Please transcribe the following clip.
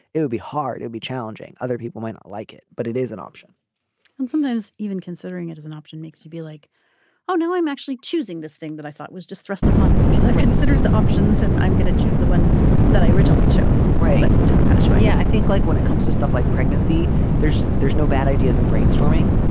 it'll be hard. it'll be challenging other people won't like it but it is an option and sometimes even considering it as an option makes you be like oh no i'm actually choosing this thing that i thought was just thrust upon me because i've considered the options and i'm going to choose the one that i originally chose. right. but it's a different kind of show yeah i think like when it comes to stuff like pregnancy there's there's no bad ideas and brainstorming.